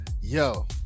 yo